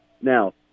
Now